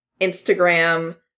Instagram